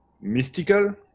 mystical